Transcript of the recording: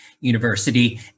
University